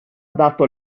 adatto